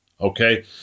okay